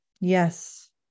Yes